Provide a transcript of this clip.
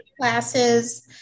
classes